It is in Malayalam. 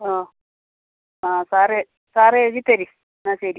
ആ ആ സാറ് സാറ് എഴുതി തരു എന്നാൽ ശരി